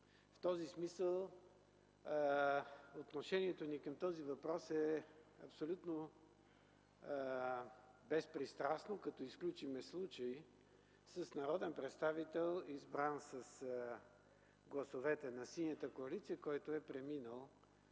В този смисъл отношението ми към този въпрос е абсолютно безпристрастно, като изключим случая с народен представител, избран с гласовете на Синята коалиция, който е преминал